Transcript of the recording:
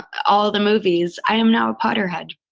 all the movies, i am now a potterhead